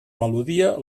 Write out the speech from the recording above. melodia